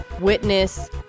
Witness